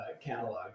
catalog